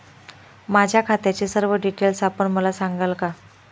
माझ्या खात्याचे सर्व डिटेल्स आपण मला सांगाल का?